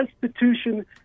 Constitution